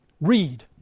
Read